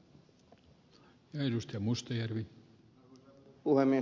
arvoisa puhemies